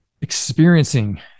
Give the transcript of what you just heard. experiencing